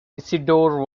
isidore